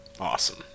awesome